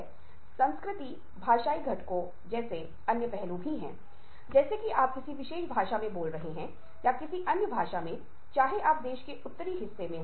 इसलिए जब मैं अगली कुछ स्लाइड्स में अच्छी तरह से सुनने के बारे में बात कर रहा हूं तो मैं अनिवार्य रूप से एम्पेटेटिक लिसनिंग के बारे में बात कर रहा हूं